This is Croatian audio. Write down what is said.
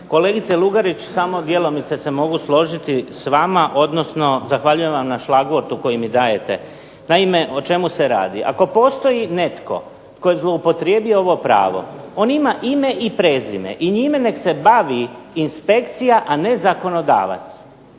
Kolegice Lugarić samo djelomice se mogu složiti s vama, odnosno zahvaljujem vam na šlagvortu koji mi dajete. Naime o čemu se radi, ako postoji netko tko je zloupotrijebio ovo pravo on ima ime i prezime i njime nek se bavi inspekcija, a ne zakonodavac.